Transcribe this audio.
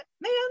man